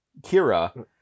Kira